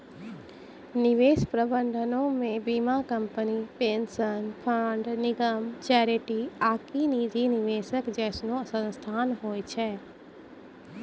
निवेश प्रबंधनो मे बीमा कंपनी, पेंशन फंड, निगम, चैरिटी आकि निजी निवेशक जैसनो संस्थान होय छै